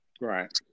right